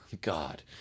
God